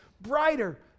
brighter